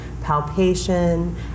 palpation